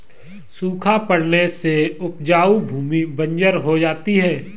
सूखा पड़ने से उपजाऊ भूमि बंजर हो जाती है